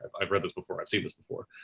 i've read this before, i've seen this before.